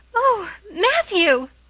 oh, matthew!